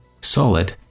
SOLID